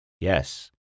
Yes